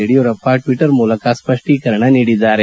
Yediyurappa Twitter ಮೂಲಕ ಸ್ಪಷ್ಟೀಕರಣ ನೀಡಿದ್ದಾರೆ